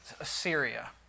Assyria